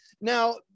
Now